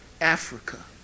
Africa